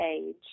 age